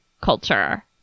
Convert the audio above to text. culture